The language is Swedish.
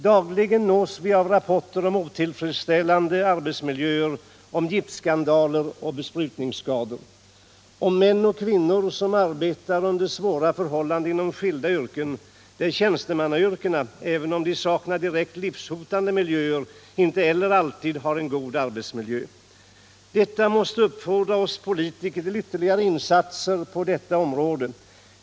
Dagligen nås vi av rapporter om otillfredsställande arbetsmiljöer, om giftskandaler, om besprutningsskador. Vi nås av rapporter om män och kvinnor som arbetar under svåra förhållanden inom skilda yrken, där tjänstemannayrkena — även om de saknar direkt livshotande miljöer — inte heller alltid har en god arbetsmiljö. Detta måste uppfordra oss politiker till ytterligare insatser på detta område.